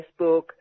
Facebook